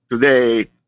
today